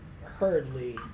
hurriedly